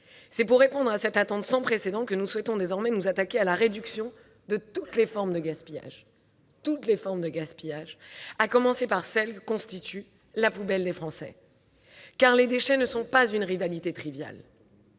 C'est pour répondre à cette attente sans précédent que nous souhaitons désormais nous attaquer à la réduction de toutes les formes de gaspillage, à commencer par celle que constitue la poubelle des Français, car les déchets ne sont pas une rivalité triviale.